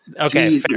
okay